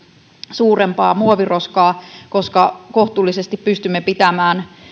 suurempaa muoviroskaa koska kohtuullisesti pystymme pitämään